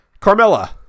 Carmella